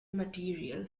material